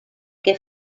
que